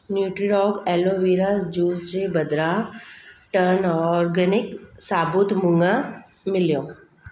nutri org aloe vera juice जे बदिरां turn organic साबुत मुङ मिलियो